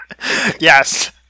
Yes